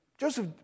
Joseph